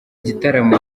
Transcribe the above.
gitaramo